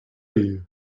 you